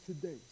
today